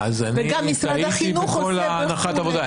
אז אני טעיתי בכל הנחת העבודה,